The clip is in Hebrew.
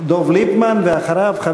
זו הייתה השפלה לפי ההוראות.